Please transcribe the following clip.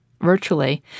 virtually